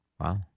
Wow